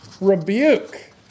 rebuke